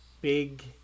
big